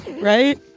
right